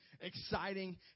exciting